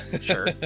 Sure